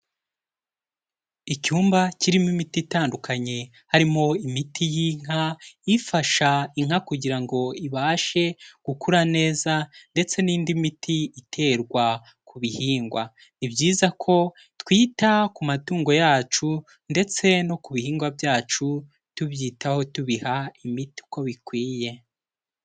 Icyumba kirimo imiti itandukanye, harimo imiti y'inka, ifasha inka kugirango ibashe gukura neza, ndetse n'indi miti iterwa ku bihingwa, ni byiza ko twita ku matungo yacu, ndetse no ku bihingwa byacu, tubyitaho tubiha imiti uko bikwiye.